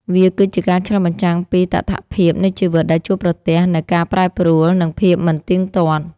វាគឺជាការឆ្លុះបញ្ចាំងពីតថភាពនៃជីវិតដែលជួបប្រទះនូវការប្រែប្រួល និងភាពមិនទៀងទាត់។